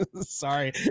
sorry